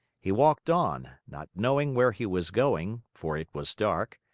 he walked on, not knowing where he was going, for it was dark,